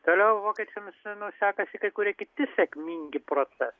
toliau vokiečiams nu sekasi kai kurie kiti sėkmingi procesai